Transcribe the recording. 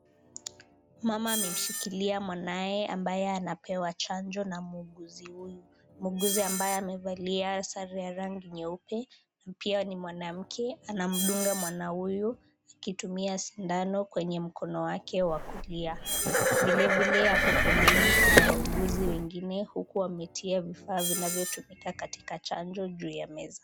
Mama amemshikilia mwanawe ambaye anapewa chanjo na muuguzi huyu. Muuguzi ambaye amevaa sare ya rangi nyeupe na pia ni mwanamke, anamdunga mwana huyu akitumia sindano kwenye mkono wake wa kulia. Vile vile hapo pembeni kuna wauguzi wengine huku wametia vifaa vinavyotumika katika chanjo juu ya meza.